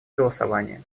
голосования